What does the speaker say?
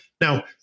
Now